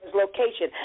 location